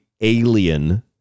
alien